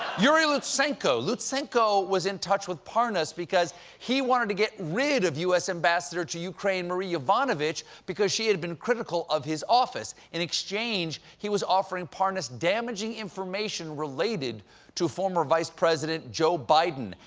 yuri lutsenko. lutsenko was in touch with parnas because he wanted to get rid of u s. ambassador to ukraine marie yovanovitch, because she had been critical of his office. in exchange, he was offering parnas damaging information related to former vice president joe biden.